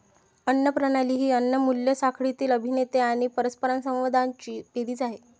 अन्न प्रणाली ही अन्न मूल्य साखळीतील अभिनेते आणि परस्परसंवादांची बेरीज आहे